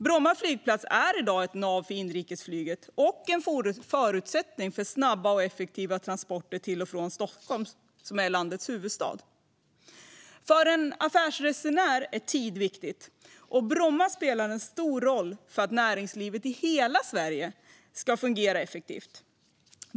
Bromma flygplats är i dag ett nav för inrikesflyget och en förutsättning för snabba och effektiva transporter till och från landets huvudstad. För en affärsresenär är tid viktigt, och Bromma spelar en stor roll för att näringslivet i hela Sverige ska fungera effektivt.